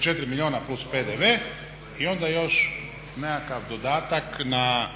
4 milijuna plus PDV i onda još nekakav dodatak na